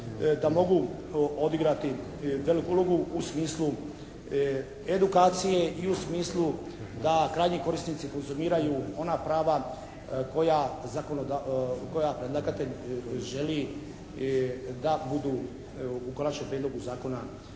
da mogu odigrati veliku ulogu u smislu edukacije i u smislu da krajnji korisnici konzumiraju ona prava koja predlagatelj želi da budu u Konačnom prijedlogu zakona